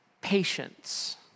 patience